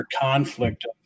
conflict